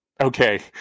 Okay